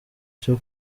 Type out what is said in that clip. cyo